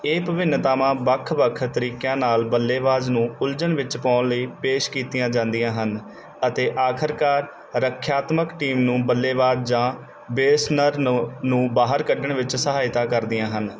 ਇਹ ਭਿੰਨਤਾਵਾਂ ਵੱਖ ਵੱਖ ਤਰੀਕਿਆਂ ਨਾਲ ਬੱਲੇਬਾਜ਼ ਨੂੰ ਉਲਝਣ ਵਿੱਚ ਪਾਉਣ ਲਈ ਪੇਸ਼ ਕੀਤੀਆਂ ਜਾਂਦੀਆਂ ਹਨ ਅਤੇ ਆਖਰਕਾਰ ਰੱਖਿਆਤਮਕ ਟੀਮ ਨੂੰ ਬੱਲੇਬਾਜ਼ ਜਾਂ ਬੇਸਨਰ ਨੂੰ ਨੂੰ ਬਾਹਰ ਕੱਢਣ ਵਿੱਚ ਸਹਾਇਤਾ ਕਰਦੀਆਂ ਹਨ